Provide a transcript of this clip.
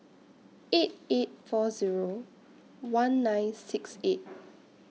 eight eight four Zero one nine six eight